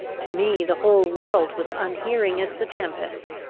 to me the whole world was unhearing as the tempest,